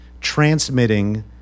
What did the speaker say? transmitting